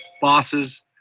bosses